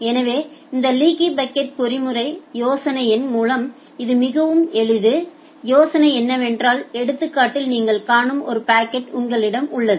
எனவே இந்த leaky bucket பொறிமுறை யோசனையின் மூலம் இது மிகவும் எளிது யோசனை என்னவென்றால் எடுத்துக்காட்டில் நீங்கள் காணும் ஒரு பக்கெட் உங்களிடம் உள்ளது